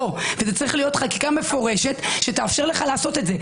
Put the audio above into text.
וצריך להיות חקיקה מפורשת שתאפשר לך לעשות את זה.